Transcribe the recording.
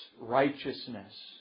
righteousness